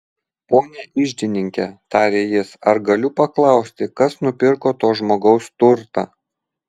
pone iždininke tarė jis ar galiu paklausti kas nupirko to žmogaus turtą